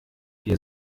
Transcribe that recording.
wir